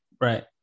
Right